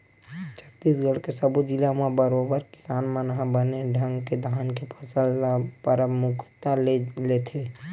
छत्तीसगढ़ के सब्बो जिला म बरोबर किसान मन ह बने ढंग ले धान के फसल ल परमुखता ले लेथे